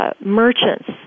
merchants